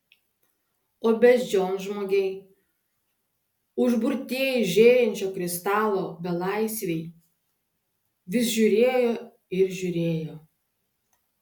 o beždžionžmogiai užburtieji žėrinčio kristalo belaisviai vis žiūrėjo ir žiūrėjo